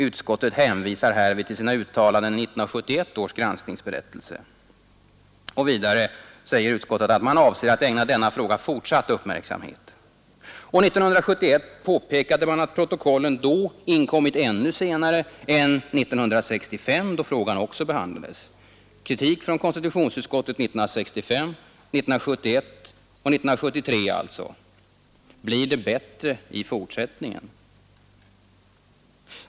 Utskottet hänvisar härvid till sina uttalanden i 1971 års granskningsbetänkande ——— och avser att ägna även denna fråga fortsatt uppmärksamhet.” Och 1971 påpekade man att protokollen då inkommit ännu senare än 1965, då frågan också behandlades. Kritik från konstitutionsutskottet 1965, 1971 och 1973 alltså. Blir det bättre i fortsättningen?